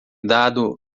dado